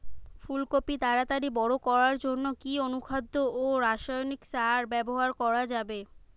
ফুল কপি তাড়াতাড়ি বড় করার জন্য কি অনুখাদ্য ও রাসায়নিক সার ব্যবহার করা যাবে?